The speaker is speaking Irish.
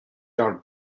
dár